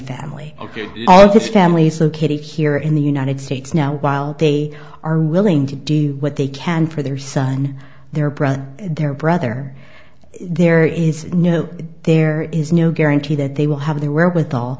family ok all of the families located here in the united states now while they are willing to do what they can for their son their brother their brother there is no there is no guarantee that they will have the wherewithal